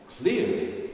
clearly